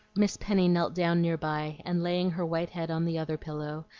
miss penny knelt down near by, and laying her white head on the other pillow,